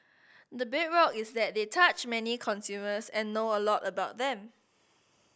the bedrock is that they touch many consumers and know a lot about them